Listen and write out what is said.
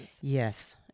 Yes